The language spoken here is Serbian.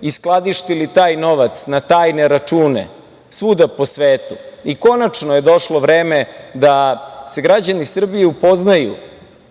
i skladištili taj novac na tajne račune svuda po svetu. Konačno je došlo vreme da se građani Srbije upoznaju